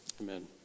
Amen